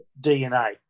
DNA